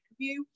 interview